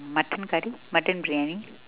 mutton curry mutton briyani